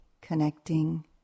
connecting